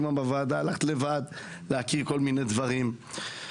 בוועדה הלכת לבד להכיר כל מיני דברים.